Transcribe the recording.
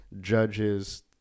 Judge's